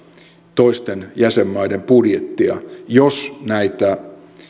toisten jäsenmaiden budjetteja jos näitä